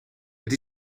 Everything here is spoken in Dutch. het